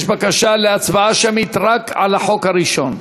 יש בקשה להצבעה שמית רק על החוק הראשון.